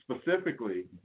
specifically